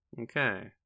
Okay